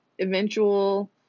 eventual